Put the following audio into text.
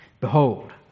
Behold